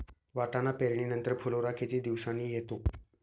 वाटाणा पेरणी नंतर फुलोरा किती दिवसांनी येतो?